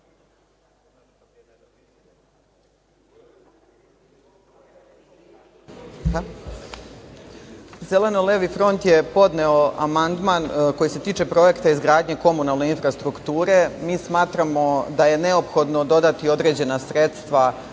Zeleno Levi front je podneo amandman koji se tiče projekta izgradnje komunalne infrastrukture. Mi smatramo da je neophodno dodati određena sredstva